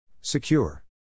Secure